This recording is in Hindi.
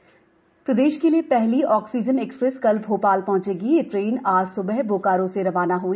आक्सीजन एक्सप्रेस प्रदेश के लिए पहली ऑक्सीजन एक्सप्रेस कल भोपाल पहंचेगी यह ट्रेन आज सुबह बोकारो से रवाना ह्ई